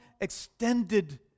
extended